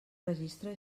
registre